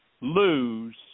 lose